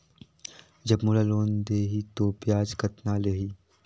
जब मोला लोन देही तो ब्याज कतना लेही?